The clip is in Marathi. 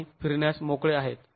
आणि फिरण्यास मोकळे आहेत